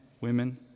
women